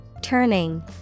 Turning